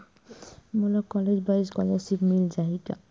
मोला कॉलेज बर स्कालर्शिप मिल जाही का?